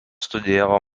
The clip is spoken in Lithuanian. studijavo